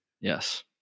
Yes